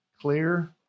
clear